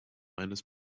eines